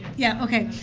yeah, okay.